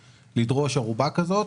הריט,